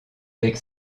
avec